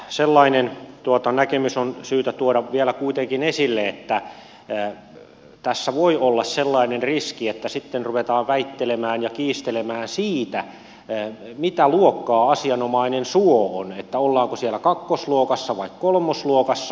sellainen näkemys on syytä tuoda vielä kuitenkin esille että tässä voi olla sellainen riski että sitten ruvetaan väittelemään ja kiistelemään siitä mitä luokkaa asianomainen suo on että ollaanko siellä kakkosluokassa vai kolmosluokassa